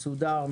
מסודר,